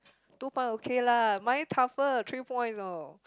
two point okay lah mine tougher three point you know